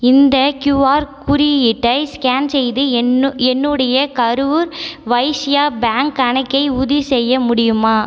இந்த கியூஆர் குறியீட்டை ஸ்கேன் செய்து என்னு என்னுடைய கரூர் வைஸ்யா பேங்க் கணக்கை உறுதிசெய்ய முடியுமா